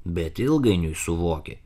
bet ilgainiui suvoki